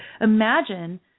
imagine